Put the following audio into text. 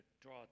draw